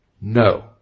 No